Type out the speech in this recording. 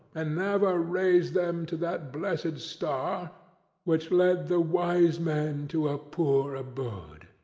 and never raise them to that blessed star which led the wise men to a poor abode!